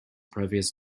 previous